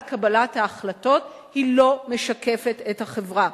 קבלת ההחלטות היא לא משקפת את החברה.